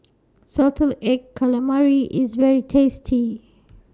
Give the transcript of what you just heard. Salted Egg Calamari IS very tasty